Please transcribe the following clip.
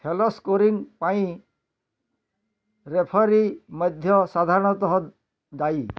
ଖେଲ ସ୍କୋରିଂ ପାଇଁ ରେଫରୀ ମଧ୍ୟ ସାଧାରଣତଃ ଦାୟୀ